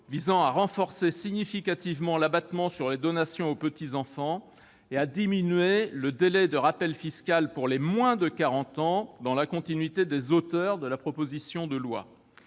visant à renforcer significativement l'abattement sur les donations aux petits-enfants et à diminuer le délai de rappel fiscal pour les moins de 40 ans, dans le même esprit que les auteurs de la proposition de loi.